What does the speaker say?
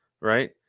Right